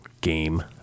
game